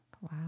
Wow